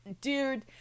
dude